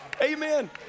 amen